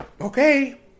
okay